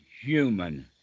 human